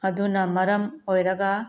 ꯑꯗꯨꯅ ꯃꯔꯝ ꯑꯣꯏꯔꯒ